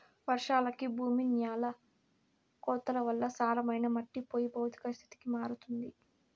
వర్షాలకి భూమి న్యాల కోతల వల్ల సారమైన మట్టి పోయి భౌతిక స్థితికి మారుతుంది